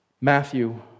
Matthew